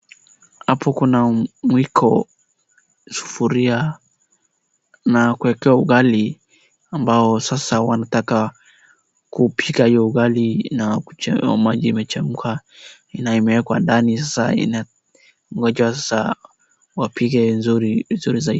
Hapo kuna mwiko, sufuria na kuekewa ugali, ambao sasa wanataka kupika hio ugali na maji imechemka, na imewekwa ndani sasa ina ngojewa sasa wapike vizuri, vizuri zaidi.